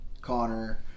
Connor